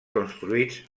construïts